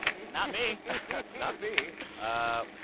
not me not me. ah